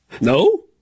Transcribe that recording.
No